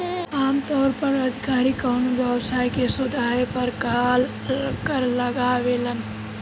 आमतौर पर अधिकारी कवनो व्यवसाय के शुद्ध आय पर कर लगावेलन